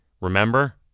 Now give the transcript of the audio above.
Remember